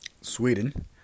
Sweden